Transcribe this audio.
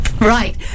right